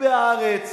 ב"הארץ",